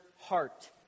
heart